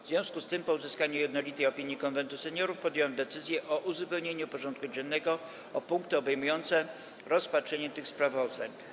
W związku z tym, po uzyskaniu jednolitej opinii Konwentu Seniorów, podjąłem decyzję o uzupełnieniu porządku dziennego o punkty obejmujące rozpatrzenie tych sprawozdań.